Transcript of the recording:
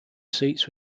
seats